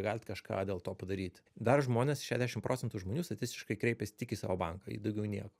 galit kažką dėl to padaryti dar žmonės šešdešim procentų žmonių statistiškai kreipias tik į savo banką į daugiau nieko